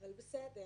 אבל בסדר